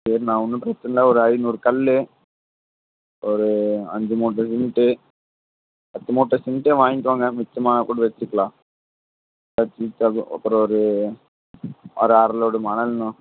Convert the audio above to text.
சரிண்ணா ஒன்றும் பிரச்சனைல்ல ஒரு ஐநூறு கல் ஒரு அஞ்சுமூட்டை சிமெண்ட்டு பத்து மூட்டை சிமெண்டையும் வாங்கிட்டு வாங்க மிச்சமான கூட வச்சுக்கலாம் ம் சரி அப்புறம் ஒரு ஒரு அரைலோடு மணல்ண்ணா